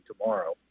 tomorrow